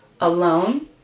alone